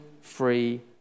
free